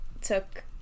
took